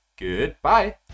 Goodbye